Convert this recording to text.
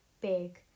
big